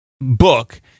book